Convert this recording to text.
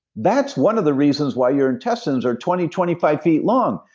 that's one of the reasons why your intestines are twenty, twenty five feet long,